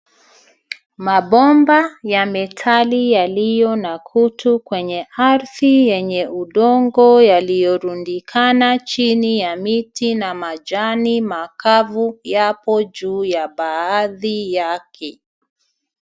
Mabomba ya metali yaliyo na kutu kwenye ardhi yenye udongo yaliyorundikana chini ya miti na majani makavu yapo juu ya baadhi yake.